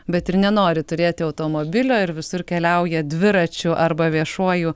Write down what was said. bet ir nenori turėti automobilio ir visur keliauja dviračiu arba viešuoju